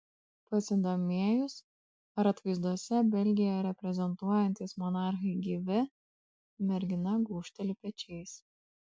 pasidomėjus ar atvaizduose belgiją reprezentuojantys monarchai gyvi mergina gūžteli pečiais